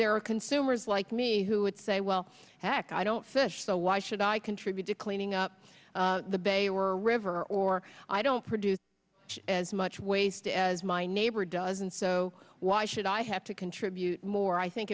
there are consumers like me who would say well heck i don't fish so why should i contribute to cleaning up the bay or river or i don't produce as much waste as my neighbor does and so why should i have to contribute more i think